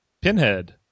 Pinhead